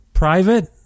private